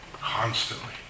constantly